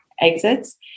exits